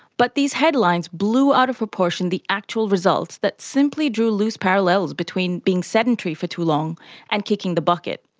but these headlines blew out of proportion the actual results that simply drew loose parallels between being sedentary for too long and kicking the bucket.